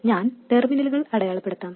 ഞാൻ ടെർമിനലുകൾ അടയാളപ്പെടുത്താം